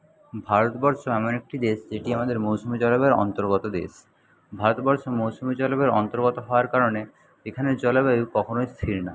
ভারতবর্ষ এমন একটি দেশ যেটি আমাদের মৌসুমী জলবায়ুর অন্তর্গত দেশ ভারতবর্ষ মৌসুমী জলবায়ুর অন্তর্গত হওয়ার কারণে এখানের জলবায়ু কখনই স্থির না